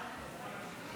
להיות.